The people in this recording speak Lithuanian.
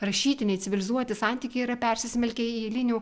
rašytiniai civilizuoti santykiai yra persismelkę į eilinių